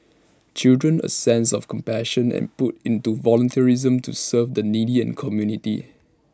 children A sense of compassion and put into volunteerism to serve the needy and community